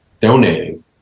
donating